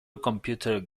computer